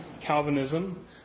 Calvinism